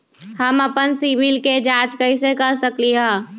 हम अपन सिबिल के जाँच कइसे कर सकली ह?